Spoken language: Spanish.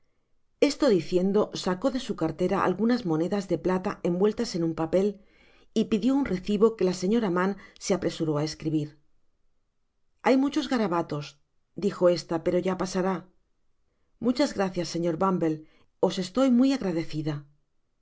esto diciendo sacó de su cartera algunas monedas de plata envueltas en un papel y pidió un recibo que la señora maun se apresuró á escribir hay muchos garabatos dijo esta pero ya pasará muchas gracias señor bumble os estoy muy agradecida el